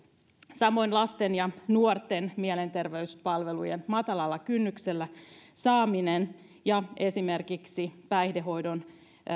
samoin lasten ja nuorten mielenterveyspalvelujen matalalla kynnyksellä saaminen ja esimerkiksi päihdehoidossa